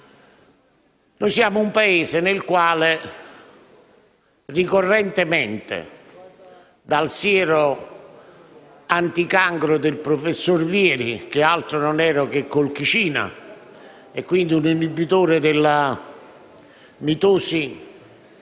Noi siamo un Paese nel quale, ricorrentemente, dal siero anticancro del professor Vieri (che altro non era che colchicina, quindi un inibitore della mitosi